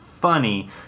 funny